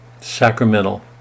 sacramental